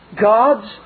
God's